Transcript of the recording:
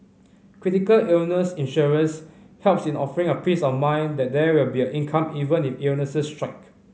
critical illness insurance helps in offering a peace of mind that there will be income even if illnesses strike